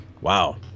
Wow